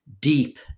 deep